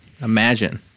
Imagine